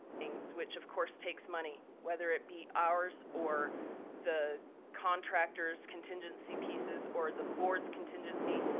things which of course takes money, whether it be ours or the contractor's, contingency pieces, or the board's contingency.